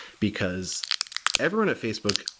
because everyone at facebook,